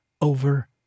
over